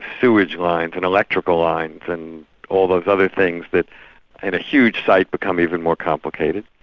sewage lines and electrical lines and all those other things that in a huge site, become even more complicated.